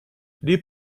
die